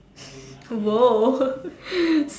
!whoa!